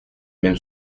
même